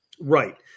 Right